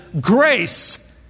grace